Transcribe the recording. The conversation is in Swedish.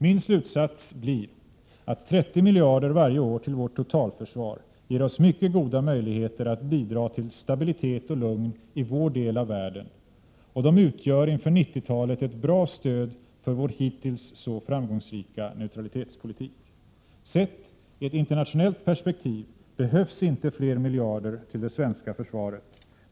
Min slutsats blir att 30 miljarder varje år till vårt totalförsvar ger oss mycket goda möjligheter att bidra till stabilitet och lugn i vår del av världen, och de utgör inför 1990-talet ett bra stöd för vår hittills så framgångsrika neutralitetspolitik. Sett i ett internationellt perspektiv behövs inte fler miljarder till det svenska försvaret.